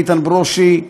איתן ברושי,